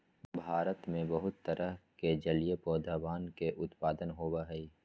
भारत में बहुत तरह के जलीय पौधवन के उत्पादन होबा हई